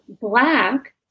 black